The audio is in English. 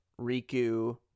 Riku